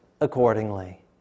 accordingly